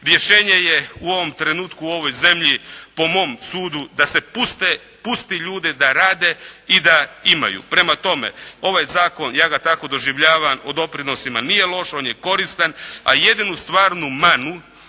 Rješenje je u ovom trenutku u ovoj zemlji po mom sudu da se pusti ljude da rade i da imaju. Prema tome, ovaj zakon, ja ga tako doživljavam o doprinosima nije loš, on je i koristan, a jedinu stvarnu manu